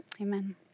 Amen